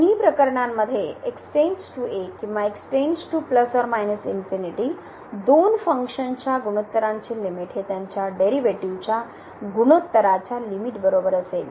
दोन्ही प्रकरणांमध्ये x → a किंवा दोन फंक्शन्सच्या गुणोत्तरांची लिमिट हे त्यांच्या डेरीवेटीव च्या गुणोत्तराच्या लिमिट बरोबर असेल